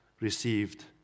received